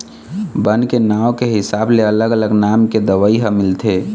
बन के नांव के हिसाब ले अलग अलग नाम के दवई ह मिलथे